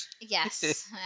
Yes